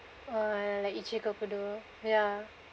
food uh like it~ ya